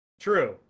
true